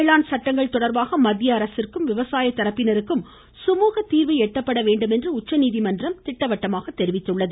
வேளாண் சட்டங்கள் தொடர்பாக மத்தியஅரசுக்கும் விவசாய தரப்பினருக்கும் சுமுக தீர்வு எட்டப்பட வேண்டுமென்று உச்சநீதிமன்றம் திட்டவட்டமாக தெரிவித்துள்ளது